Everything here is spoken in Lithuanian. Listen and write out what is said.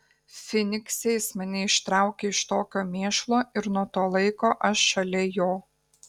fynikse jis mane ištraukė iš tokio mėšlo ir nuo to laiko aš šalia jo